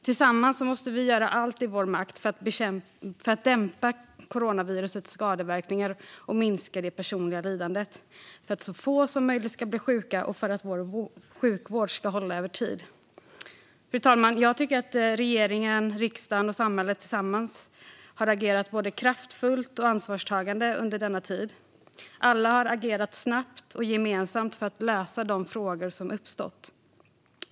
Tillsammans måste vi göra allt i vår makt för att dämpa coronavirusets skadeverkningar och minska det personliga lidandet, för att så få som möjligt ska bli sjuka och för att vår sjukvård ska hålla över tid. Fru talman! Jag tycker att regeringen, riksdagen och samhället tillsammans har agerat både kraftfullt och ansvarstagande under denna tid. Alla har agerat snabbt och gemensamt för att lösa de frågor som uppstått.